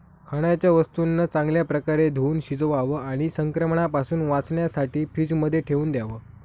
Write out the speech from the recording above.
खाण्याच्या वस्तूंना चांगल्या प्रकारे धुवुन शिजवावं आणि संक्रमणापासून वाचण्यासाठी फ्रीजमध्ये ठेवून द्याव